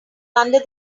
under